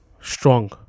strong